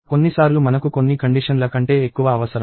కొన్నిసార్లు మనకు కొన్ని కండిషన్ ల కంటే ఎక్కువ అవసరం